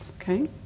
okay